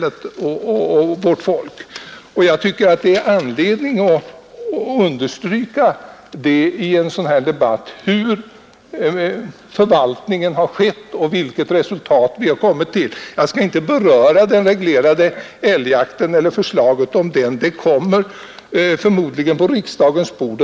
Jag säger detta därför att det i denna debatt finns anledning att understryka hur Svenska jägareförbundet har förvaltat sitt uppdrag och vilket resultat vi har kommit till. Jag skall inte beröra förslaget om den reglerade älgjakten — det kommer förmodligen på riksdagens bord.